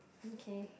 okay